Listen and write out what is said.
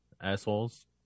assholes